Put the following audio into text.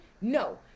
No